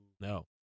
No